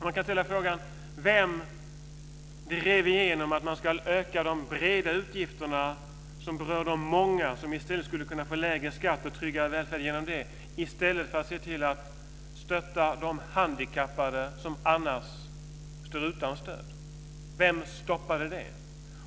Man kan ställa frågan: Vem drev igenom att öka de breda utgifterna som berör de många som i stället skulle kunna få lägre skatt och därigenom tryggare välfärd, i stället för att se till att stötta de handikappade som annars står utan stöd? Vem stoppade det?